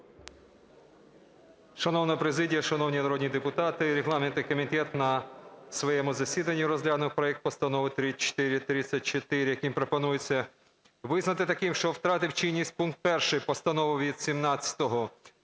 Шановна президія, шановні народні депутати! Регламентний комітет на своєму засіданні розглянув проект Постанови 3434, яким пропонується визнати таким, що втратив чинність пункт 1 Постанови від 17